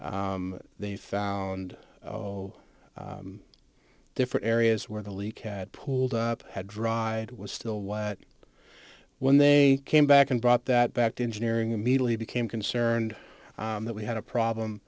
e they found different areas where the leak had pulled up had dried was still what when they came back and brought that back to engineering immediately became concerned that we had a problem